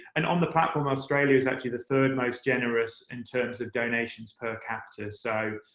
and on the platform, australia is actually the third-most-generous in terms of donations per capita. so,